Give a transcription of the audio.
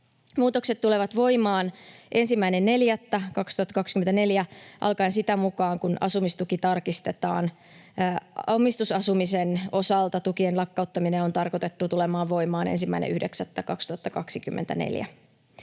Muutokset tulevat voimaan 1.4.2024 alkaen sitä mukaa kuin asumistuki tarkistetaan. Omistusasumisen osalta tukien lakkauttaminen on tarkoitettu tulemaan voimaan 1.9.2024.